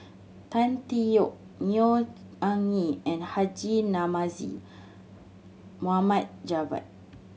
Tan Tee Yoke Neo Anngee and Haji Namazie Mohammed Javad